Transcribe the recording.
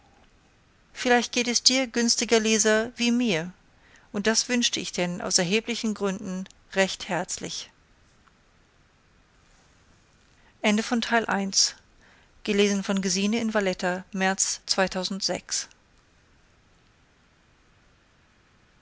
vielleicht geht es dir günstiger leser wie mir und das wünschte ich denn aus erheblichen gründen recht herzlich